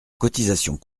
cotisations